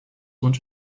und